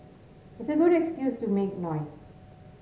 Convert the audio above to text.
it's a good excuse to make noise